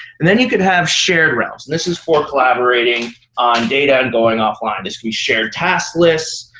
and then you could have shared realms. and this is for collaborating on data and going offline. this could be shared task lists.